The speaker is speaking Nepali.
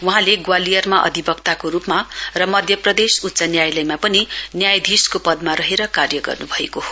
वहाले ग्वालियरमा अधिवक्ताको रूपमा र मध्यप्रदेश उच्च न्यायालयमा पनि न्यायाधीशको पदमा रहेर कार्य गर्नुभएको हो